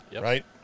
right